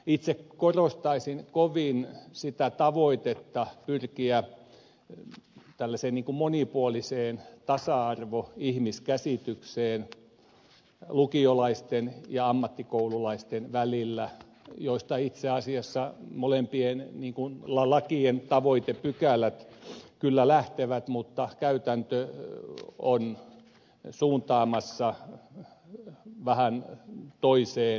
itse korostaisin kovin sitä tavoitetta pyrkiä tällaiseen monipuoliseen tasa arvoiseen ihmiskäsitykseen lukiolaisten ja ammattikoululaisten välillä mistä itse asiassa molempien lakien tavoitepykälät kyllä lähtevät mutta käytäntö on suuntaamassa vähän toiseen suuntaan